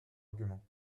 argument